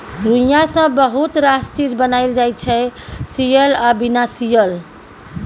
रुइया सँ बहुत रास चीज बनाएल जाइ छै सियल आ बिना सीयल